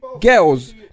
girls